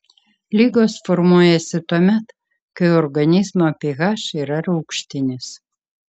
ligos formuojasi tuomet kai organizmo ph yra rūgštinis